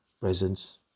presence